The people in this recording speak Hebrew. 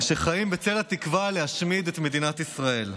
שחיים בצל התקווה להשמיד את מדינת ישראל.